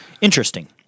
Interesting